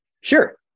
Sure